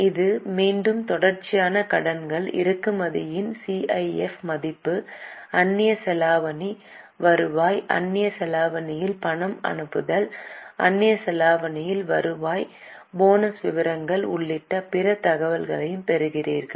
இப்போது மீண்டும் தொடர்ச்சியான கடன்கள் இறக்குமதியின் சிஐஎஃப் மதிப்பு அந்நிய செலாவணி வருவாய் அந்நிய செலாவணியில் பணம் அனுப்புதல் அந்நிய செலாவணியில் வருவாய் போனஸ் விவரங்கள் உள்ளிட்ட பிற தகவல்களைப் பெறுவீர்கள்